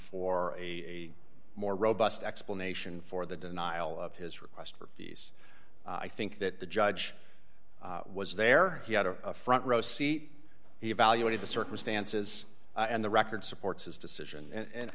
for a more robust explanation for the denial of his request for these i think that the judge was there he had a front row seat he evaluated the circumstances and the record supports his decision and and